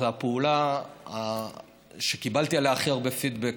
זו הפעולה שקיבלתי עליה הכי הרבה פידבק,